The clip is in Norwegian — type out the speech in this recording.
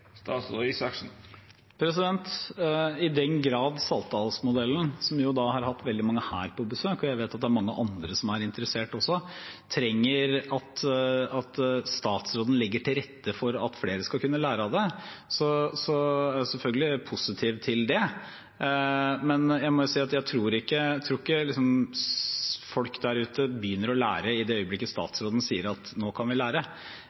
I den grad Saltdalsmodellen – som har hatt veldig mange herfra på besøk, og jeg vet at det er mange andre som er interessert også – trenger at statsråden legger til rette for at flere skal kunne lære av det, er jeg selvfølgelig positiv til det. Men jeg må jo si at jeg tror ikke folk der ute begynner å lære i det øyeblikket statsråden sier at nå kan vi lære,